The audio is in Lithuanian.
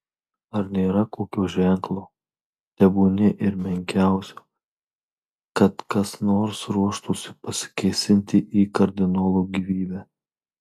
ar nėra kokio ženklo tebūnie ir menkiausio kad kas nors ruoštųsi pasikėsinti į kardinolo gyvybę